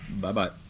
Bye-bye